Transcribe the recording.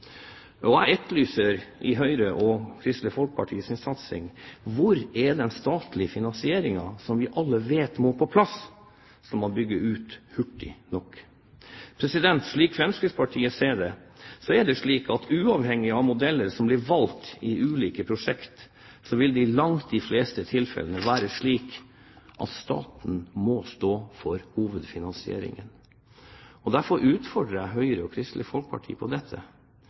Jeg etterlyser Høyre og Kristelig Folkepartis satsing. Hvor er den statlige finansieringen som vi alle vet må på plass om man skal bygge ut hurtig nok? Slik Fremskrittspartiet ser det, vil det uavhengig av modellen som blir valgt i ulike prosjekt, i langt de fleste tilfellene være slik at staten må stå for hovedfinansieringen. Derfor utfordrer jeg Høyre og Kristelig Folkeparti på dette.